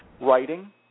writing